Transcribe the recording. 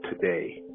today